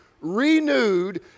renewed